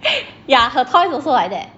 ya her toys also like that